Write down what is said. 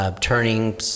turning